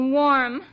warm